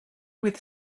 with